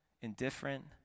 indifferent